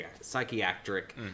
psychiatric